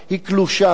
היא קלושה.